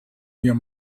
your